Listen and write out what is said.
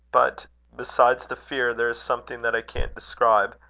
but besides the fear, there is something that i can't describe,